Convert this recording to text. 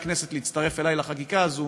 אני אבקש מחברי הכנסת להצטרף אלי לחקיקה הזאת,